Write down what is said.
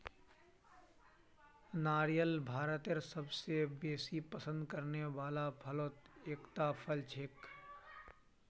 नारियल भारतत सबस बेसी पसंद करने वाला फलत एकता फल छिके